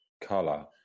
color